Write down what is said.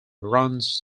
runs